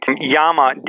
Yama